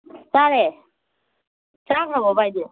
ꯇꯥꯔꯦ ꯆꯥꯈ꯭ꯔꯕꯣ ꯚꯥꯏ ꯗꯤ